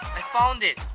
i found it.